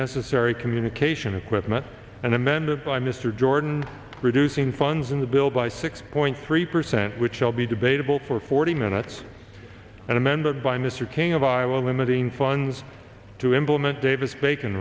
necessary communication equipment and amended by mr jordan reducing funds in the bill by six point three percent which shall be debatable for forty minutes and amended by mr king of iowa limiting funds to implement davis ba